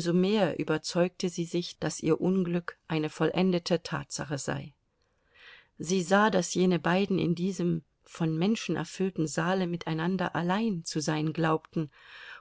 so mehr überzeugte sie sich daß ihr unglück eine vollendete tatsache sei sie sah daß jene beiden in diesem von menschen erfüllten saale miteinander allein zu sein glaubten